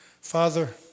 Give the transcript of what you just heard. Father